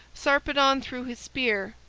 sarpedon threw his spear,